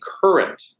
current